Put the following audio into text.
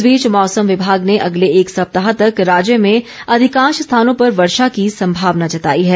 इस बीच मौसम विभाग ने अगले एक सप्ताह तक राज्य में अधिकांश स्थानों पर वर्षा की संभावना जताई है